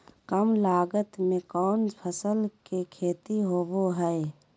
काम लागत में कौन फसल के खेती होबो हाय?